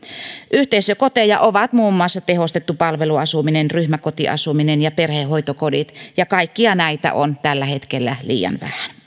yhteisökoteja ovat muun muassa tehostettu palveluasuminen ryhmäkotiasuminen ja perhehoitokodit ja kaikkia näitä on tällä hetkellä liian vähän